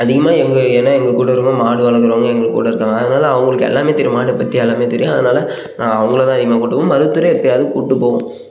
அதிகமாக எங்களை ஏன்னா எங்கக் கூட இருக்குறவங்க மாடு வளக்கிறவங்க எங்கக் கூட இருக்காங்க அதனால் அவங்களுக்கு எல்லாமே தெரியும் மாடு பற்றி எல்லாமே தெரியும் அதனால் நான் அவங்கள தான் அதிகமாக கூப்பிட்டுப்போம் மருத்துவரை எப்போயாவது கூப்பிட்டு போவோம்